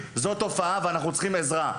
זו תופעה ואנחנו צריכים עזרה.